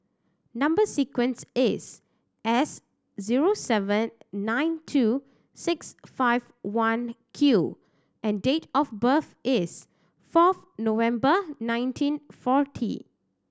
number sequence is S zero seven nine two six five one Q and date of birth is fourth November nineteen forty